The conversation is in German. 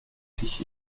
sich